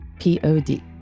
P-O-D